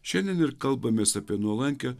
šiandien ir kalbamės apie nuolankią